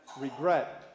regret